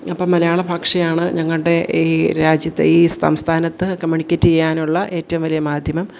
അപ്പം മലയാള ഭാഷയാണ് ഞങ്ങളുടെ ഈ രാജ്യത്തെ ഈ സംസ്ഥാനത്ത് കമ്മ്യൂണിക്കേറ്റയാനുള്ള ഏറ്റവും വലിയ മാധ്യമം